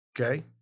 okay